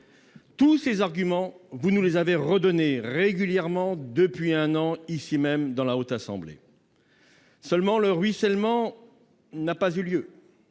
Tous ces arguments, vous les avez redonnés régulièrement depuis un an ici même devant la Haute Assemblée. Seulement, le ruissellement n'a pas eu lieu,